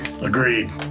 Agreed